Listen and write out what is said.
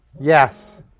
Yes